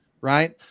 right